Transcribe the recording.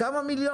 זה כמה מיליונים.